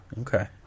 Okay